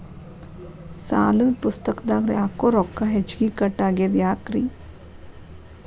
ಸಾಲದ ಪುಸ್ತಕದಾಗ ಯಾಕೊ ರೊಕ್ಕ ಹೆಚ್ಚಿಗಿ ಕಟ್ ಆಗೆದ ಯಾಕ್ರಿ?